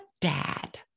dad